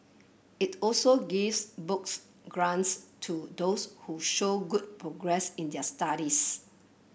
it also gives book grants to those who show good progress in their studies